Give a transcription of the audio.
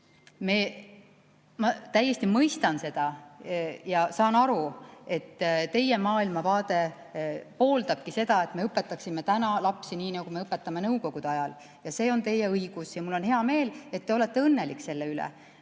Ma täiesti mõistan ja saan aru, et teie maailmavaade pooldabki seda, et me õpetaksime täna lapsi nii, nagu me õpetasime nõukogude ajal. See on teie õigus ja mul on hea meel, et te olete õnnelik selle üle.